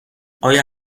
آیا